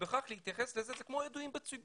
בכך להתייחס לזה זה כמו לידועים בציבור,